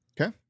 Okay